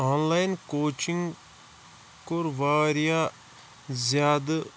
آن line coaching کوٚر واریاہ زیادٕ